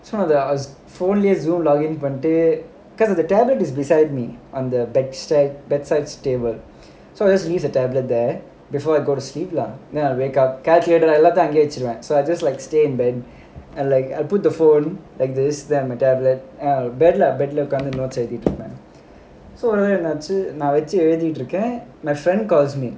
it's one of the phone லயே:layae Zoom login பண்ணிட்டு:pannittu the tablet was beside me on the bedside table so I just the tablet there before I go to sleep lah then I will wake up எல்லாத்தையும் அங்கேயே வச்சிருவேன்:ellaathaiyum angayae vachiruvaen so I just like stay in bed and like I put the phone like this then my tablet then I lie on the bed lah உட்க்கார்ந்து:udkkaarnthu notes எழுதிட்டு இருப்பேன் என்னாச்சு வச்சு எழுதிட்டு இருக்கேன்:ezhuthittu iruppaen ennaachu vachu ezhuthittu irukkaen my friend calls me